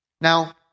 Now